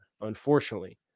unfortunately